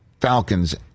Falcons